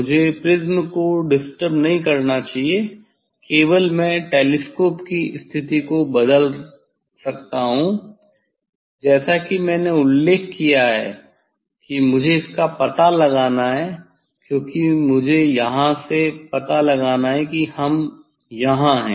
मुझे प्रिज़्म को डिस्टर्ब नहीं करना चाहिए केवल मैं टेलीस्कोप की स्थिति को बदल सकता हूं जैसा कि मैंने उल्लेख किया है कि मुझे इसका पता लगाना है क्योंकि मुझे यह यहां से पता लगाना है कि हम यहां हैं